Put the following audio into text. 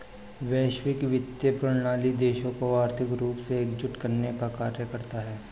वैश्विक वित्तीय प्रणाली देशों को आर्थिक रूप से एकजुट करने का कार्य करता है